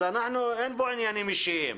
אין פה ענייניים אישיים.